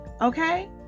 okay